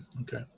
Okay